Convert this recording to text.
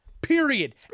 Period